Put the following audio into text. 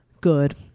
Good